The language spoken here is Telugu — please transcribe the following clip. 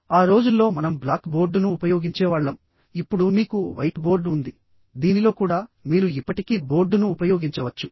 ఆ రోజుల్లో మనం బ్లాక్ బోర్డును ఉపయోగించేవాళ్లం ఇప్పుడు మీకు వైట్ బోర్డ్ ఉంది దీనిలో కూడా మీరు ఇప్పటికీ బోర్డును ఉపయోగించవచ్చు